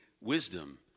wisdom